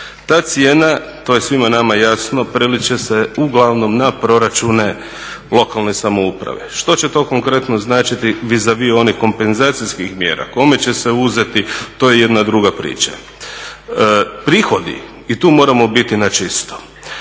Ta cijena, to je svima nama jasno prelit će se uglavnom na proračune lokalne samouprave. Što će to konkretno značiti vizavi onih kompenzacijskih mjera kome će se uzeti to je jedna druga priča. Prihodi, i tu moramo biti na čisto,